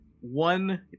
one